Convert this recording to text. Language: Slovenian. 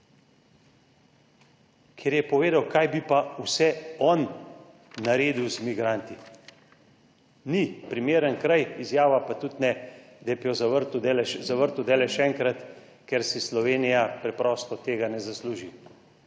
ker je povedal kaj bi pa vse on naredil z migranti. Ni primeren kraj, izjava pa tudi ne, da bi jo zavrtel daleč še enkrat, ker si Slovenija preprosto tega ne zasluži.